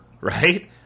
right